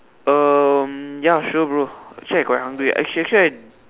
um ya sure bro actually I quite hungry act~ actually I